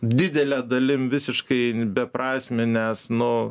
didele dalim visiškai beprasmė nes nu